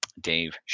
Dave